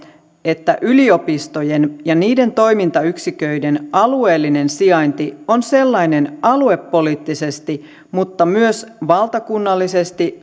että yliopistojen ja niiden toimintayksiköiden alueellinen sijainti on sellainen aluepoliittisesti mutta myös valtakunnallisesti